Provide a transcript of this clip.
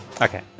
Okay